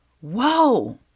whoa